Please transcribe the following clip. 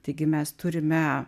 taigi mes turime